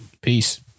Peace